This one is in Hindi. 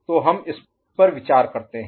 तो हम इस पर विचार करते हैं